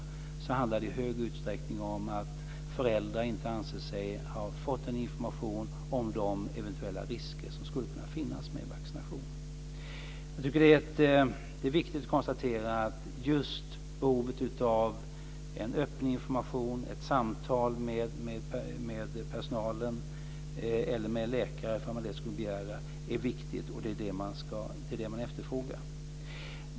Som jag ser det handlar det i hög utsträckning om att föräldrar inte anser sig ha fått information om de eventuella risker som kan finnas med en vaccination. Det är viktigt att konstatera att det just finns ett behov av en öppen information, av ett samtal med personalen eller med en läkare, om man skulle begära det. Och det är det som man efterfrågar.